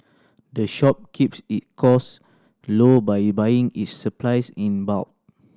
the shop keeps it costs low by buying its supplies in bulk